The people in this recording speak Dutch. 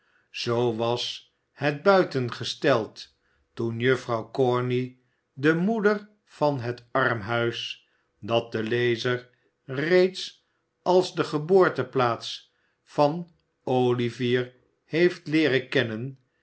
zoo was het buiten gesteld toen juffrouw corney de moeder van het armhuis dat de lezer reeds als de geboorteplaats van olivier heeft leeren kennen